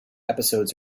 episodes